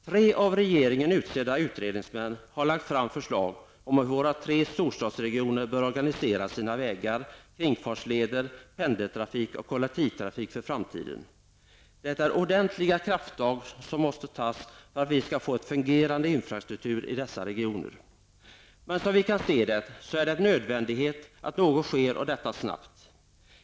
Tre av regeringen utsedda utredningsmän har lagt fram förslag om hur våra tre storstadsregioner bör organisera sina vägar, kringfartsleder, pendeltrafik och kollektivtrafik för framtiden. Det är ordentliga krafttag som måste tas för att vi skall få en fungerande infrastruktur i dessa regioner. Men såvitt vi kan se är det nödvändigt att något sker, och det snart.